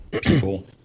people